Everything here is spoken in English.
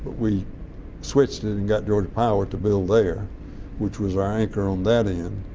we switched it and got georgia power to build there which was our anchor on that end,